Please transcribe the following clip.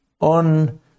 on